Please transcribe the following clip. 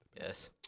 Yes